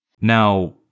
Now